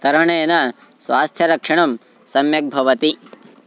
तरणेन स्वास्थ्यरक्षणं सम्यक् भवति